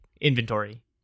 inventory